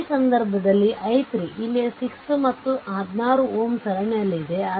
ಆದ್ದರಿಂದ ಈ ಸಂದರ್ಭದಲ್ಲಿ i3 ಇಲ್ಲಿ 6 ಮತ್ತು 16 Ω ಸರಣಿಯಲ್ಲಿದೆ